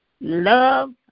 Love